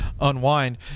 unwind